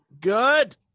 Good